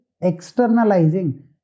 externalizing